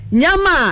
Nyama